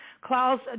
Klaus